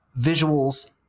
visuals